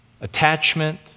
attachment